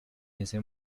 ese